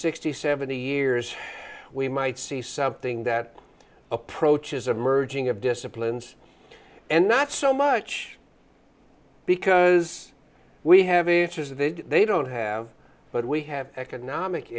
sixty seventy years we might see something that approaches a merging of disciplines and not so much because we have a they don't have but we have economic